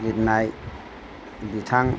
लिरनाय बिथां